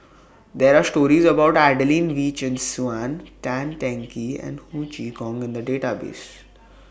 There Are stories about Adelene Wee Chin Suan Tan Teng Kee and Ho Chee Kong in The Database